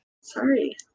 Sorry